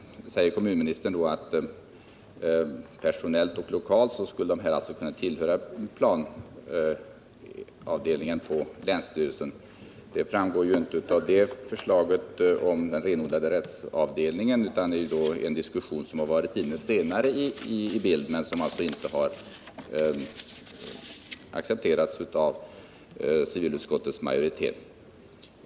Kommunministern sade vidare att de personellt och lokalt skulle kunna tillhöra planeringsavdelningen på länsstyrelsen. Det framgår emellertid inte av förslaget om den renodlade rättsavdelningen, utan det gäller då en senare diskussion som alltså inte har accepterats av civilutskottets majoritet.